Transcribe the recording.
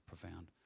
profound